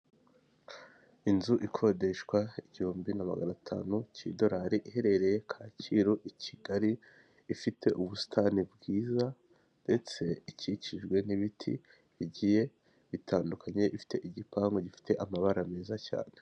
Inzu ikodeshwa igihumbi na magana atanu cy'idolari, iherereye Kacyiru, i Kigali, ifite ubusitani bwiza, ndetse ikikijwe n'ibiti bigiye bitandukanye, ifite igipangu gifite amabara meza cyane.